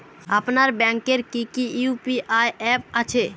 আপনার ব্যাংকের কি কি ইউ.পি.আই অ্যাপ আছে?